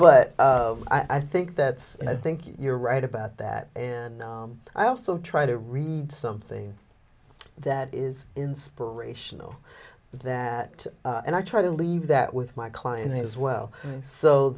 but i think that's i think you're right about that and i also try to read something that is inspirational that and i try to leave that with my clients as well so